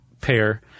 pair